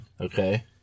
Okay